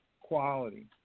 quality